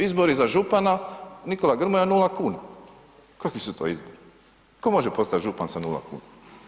Izbori za župana Nikola Grmoja 0 kuna, kakvi su to izbori, tko može postati župan sa 0 kuna.